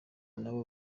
n’abo